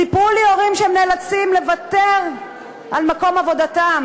סיפרו לי הורים שהם נאלצים לוותר על מקום עבודתם